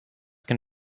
can